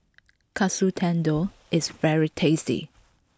Katsu Tendon is very tasty